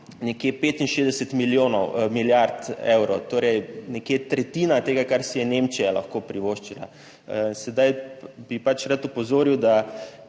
nekje 65 milijard evrov, torej nekje tretjina tega, kar si je lahko privoščila Nemčija. Sedaj bi rad opozoril, da